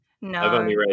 No